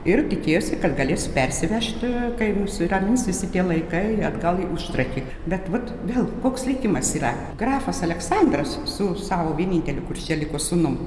ir tikėjosi kad galės persivežti kai nusiramins visi tie laikai atgal į užtrakį bet vat vėl koks likimas yra grafas aleksandras su savo vieninteliu kuris čia liko sūnum